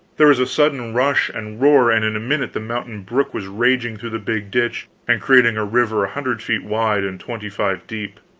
there was a sudden rush and roar, and in a minute the mountain brook was raging through the big ditch and creating a river a hundred feet wide and twenty-five deep.